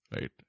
right